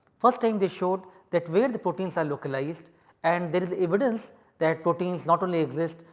first time they showed that where the proteins are localized and there is evidence that proteins not only exist,